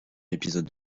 épisode